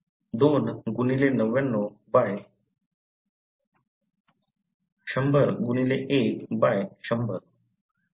तर 2 गुणिले 99 बाय 100 गुणिले 1 बाय 100 2991001100